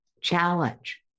challenge